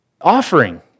offering